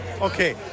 Okay